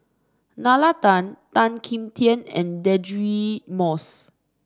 Nalla Tan Tan Kim Tian and Deirdre Moss